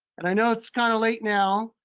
and i know it's kind of late now,